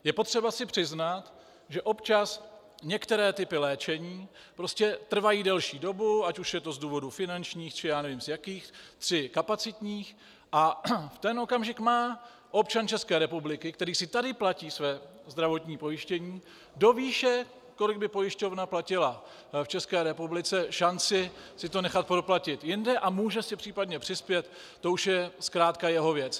Je potřeba si přiznat, že občas některé typy léčení prostě trvají delší dobu, ať už je to z důvodů finančních, či já nevím z jakých, kapacitních, a v ten okamžik má občan České republiky, který si tady platí své zdravotní pojištění, do výše, kolik by pojišťovna platila v České republice, šanci si to nechat proplatit jinde a může si případně přispět to už je zkrátka jeho věc.